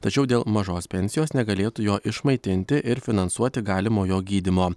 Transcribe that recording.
tačiau dėl mažos pensijos negalėtų jo išmaitinti ir finansuoti galimo jo gydymo